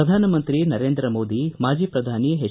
ಪ್ರಧಾನಮಂತ್ರಿ ನರೇಂದ್ರ ಮೋದಿ ಮಾಜಿ ಪ್ರಧಾನಿ ಎಚ್